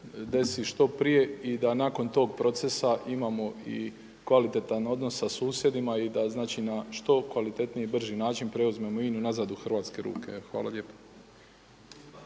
desi što prije i da nakon tog procesa imamo i kvalitetan odnos sa susjedima i da na što kvalitetniji i brži način preuzmemo INA-u nazad u hrvatske ruke. Evo hvala lijepo.